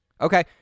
Okay